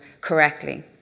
correctly